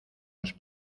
los